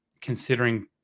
considering